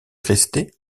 rester